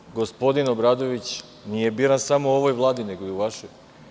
Znate šta, gospodin Obradović nije bio samo u ovoj vladi, nego i u vašoj.